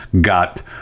got